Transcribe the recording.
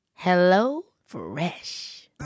HelloFresh